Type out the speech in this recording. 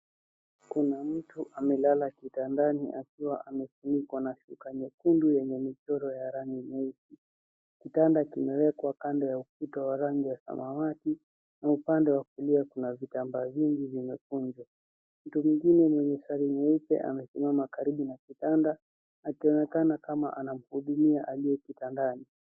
Kuna mtu amelala kitandani akiwa amefunikwa na shuka nyekundu yenye michoro ya rangi nyeusi. Kitanda kimewekwa kando ya ukuta wa rangi ya samawati, na upande wa kulia kuna vitambaa vingi vimekunjwa. Mtu mzima mwenye sare nyeupe amesimama karibu na kitanda, akionekana kama anamhudumia aliye kitandani.